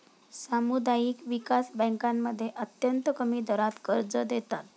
सामुदायिक विकास बँकांमध्ये अत्यंत कमी दरात कर्ज देतात